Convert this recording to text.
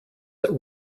that